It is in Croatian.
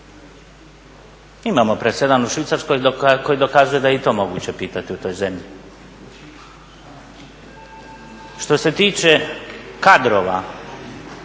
Imamo presedan u Švicarskoj koji dokazuje da je i to moguće pitati u toj zemlji. Što se tiče kadrova,